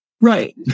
Right